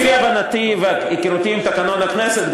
לפי הבנתי והיכרותי עם תקנון הכנסת,